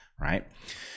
right